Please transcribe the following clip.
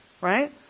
right